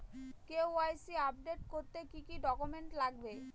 KYC update করতে কি কি ডকুমেন্টস লাগবে?